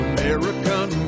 American